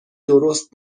درست